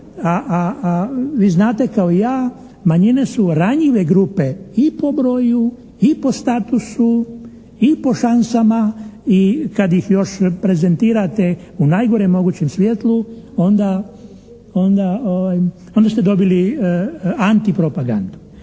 a vi znate kao i ja, manjine su ranjive grupe i po broju i po statusu i po šansama i kad ih još prezentirate u najgorem mogućem svjetlu onda ste dobili antipropagandu.